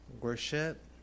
Worship